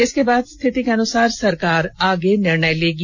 इसके बाद स्थिति के अनुसार सरकार आगे निर्णय लेगी